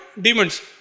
demons